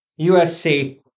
USC